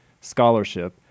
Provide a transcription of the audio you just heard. scholarship